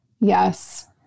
Yes